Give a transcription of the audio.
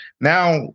Now